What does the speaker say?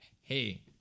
hey